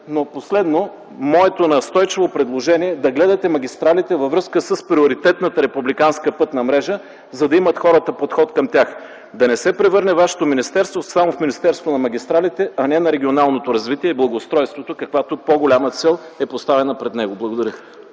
Последно, моето настойчиво предложение е да гледате магистралите във връзка с приоритетната републиканска пътна мрежа, за да имат хората подход към тях. Да не се превърне Вашето министерство само в министерство на магистралите, а не на регионалното развитие и благоустройството, каквато по-голяма цел е поставена пред него. Благодаря.